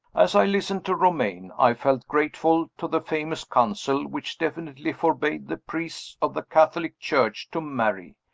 as i listened to romayne, i felt grateful to the famous council which definitely forbade the priests of the catholic church to marry.